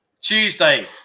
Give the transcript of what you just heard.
tuesday